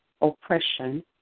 oppression